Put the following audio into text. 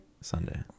Sunday